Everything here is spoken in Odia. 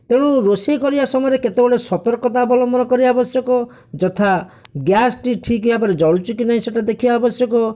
ତେଣୁ ରୋଷେଇ କରିବା ସମୟରେ କେତେ ଗୁଡ଼ିଏ ସତର୍କତା ଅବଲମ୍ବନ କରିବା ଆବଶ୍ୟକ ଯଥା ଗ୍ୟାସ୍ଟି ଠିକ୍ ଭାବରେ ଜଳୁଛି କି ନାଇଁ ସେଇଟା ଦେଖିବା ଆବଶ୍ୟକ